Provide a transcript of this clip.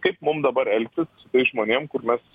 kaip mum dabar elgtis tais žmonėm kur mes